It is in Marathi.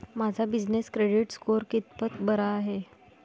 माझा बिजनेस क्रेडिट स्कोअर कितपत बरा आहे?